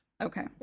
Okay